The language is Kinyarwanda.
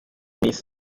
miss